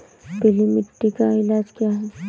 पीली मिट्टी का इलाज क्या है?